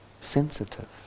sensitive